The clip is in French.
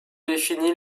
défini